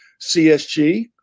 CSG